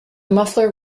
muffler